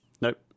Nope